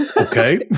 Okay